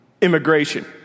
immigration